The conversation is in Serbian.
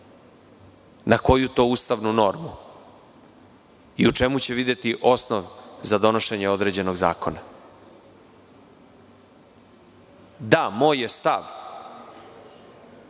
Na koju to ustavnu normu i u čemu će videti osnov za donošenje određenog zakona? Da, moj je stav